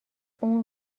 اون